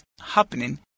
happening